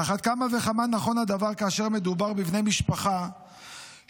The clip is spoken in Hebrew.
על אחת כמה וכמה נכון הדבר כאשר מדובר בבני משפחה שמתברר